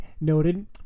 noted